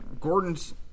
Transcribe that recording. gordon's